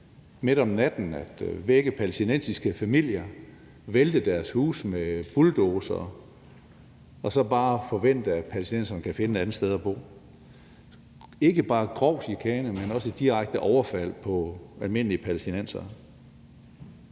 midt om natten at vække palæstinensiske familier, vælte deres huse med bulldozere og så bare forvente, at palæstinenserne kan finde et andet sted at bo. Det er ikke bare grov chikane, men også et direkte overfald på almindelige palæstinensere.